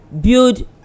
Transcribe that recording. Build